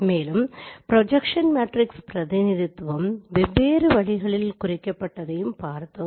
மேலும் projection matrix பிரதிநிதித்துவம் வெவ்வேறு வழிகளில் குறிக்கப்பட்டதையும் பார்த்தோம்